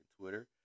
Twitter